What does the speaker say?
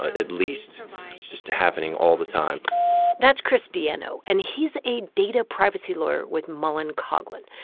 at least. it's just happening all the time that's chris dilenno, and he's a data privacy lawyer with mullen coughlin.